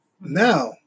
Now